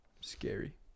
Scary